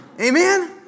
Amen